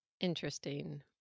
Interesting